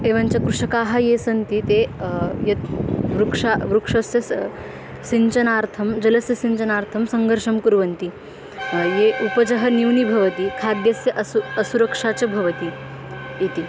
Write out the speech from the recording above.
एवञ्च कृषकाः ये सन्ति ते यत् वृक्षाः वृक्षस्य सः सिञ्चनार्थं जलस्य सिञ्चनार्थं सङ्घर्षं कुर्वन्ति ये उपजः न्यूनी भवति खाद्यस्य असु असुरक्षा च भवति इति